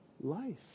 life